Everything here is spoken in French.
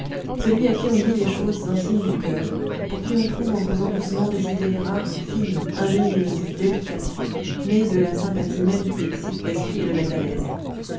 celui à qui on dit les choses intimes du coeur pour qui on trouve en causant doucement les idées rares fines ingénieuses délicates nées de la sympathie même qui excite l'esprit et le met à l'aise